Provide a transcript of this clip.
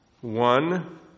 One